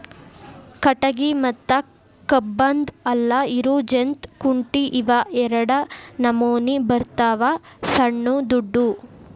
ಕಟಗಿ ಮತ್ತ ಕಬ್ಬನ್ದ್ ಹಲ್ಲ ಇರು ಜಂತ್ ಕುಂಟಿ ಇವ ಎರಡ ನಮೋನಿ ಬರ್ತಾವ ಸಣ್ಣು ದೊಡ್ಡು